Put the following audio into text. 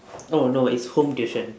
oh no it's home tuition